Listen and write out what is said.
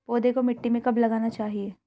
पौधे को मिट्टी में कब लगाना चाहिए?